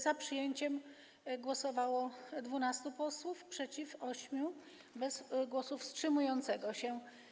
Za przyjęciem głosowało 12 posłów, przeciw - 8, bez głosu wstrzymującego się.